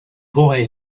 boy